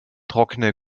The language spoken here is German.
trockene